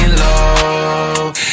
low